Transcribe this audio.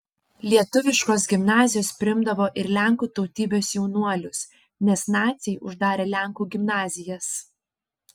lietuviškos gimnazijos priimdavo ir lenkų tautybės jaunuolius nes naciai uždarė lenkų gimnazijas